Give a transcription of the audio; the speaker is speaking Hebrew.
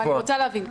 אני רוצה להבין.